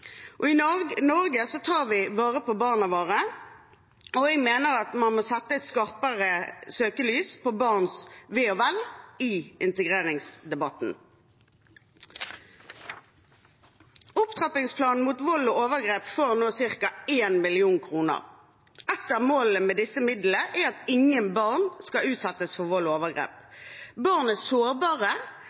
er det. I Norge tar vi vare på barna våre, og jeg mener at man må sette et skarpere søkelys på barns ve og vel i integreringsdebatten. Opptrappingsplanen mot vold og overgrep får nå ca. 1 mrd. kr. Et av målene med disse midlene er at ingen barn skal utsettes for vold og overgrep. Barn er sårbare,